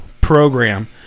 program